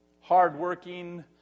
hardworking